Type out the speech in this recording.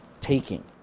taking